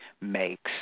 makes